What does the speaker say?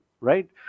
right